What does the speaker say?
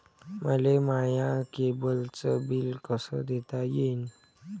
मले माया केबलचं बिल कस देता येईन?